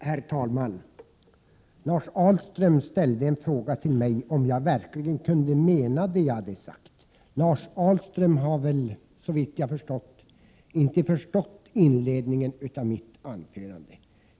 Herr talman! Lars Ahlström ställde en fråga till mig — om jag verkligen 5 maj 1988 kunde mena det jag har sagt. Lars Ahlström har, såvitt jag kan förstå, inte förstått inledningen av mitt anförande.